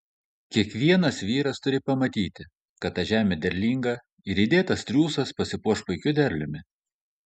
kiekvienas vyras turi pamatyti kad ta žemė derlinga ir įdėtas triūsas pasipuoš puikiu derliumi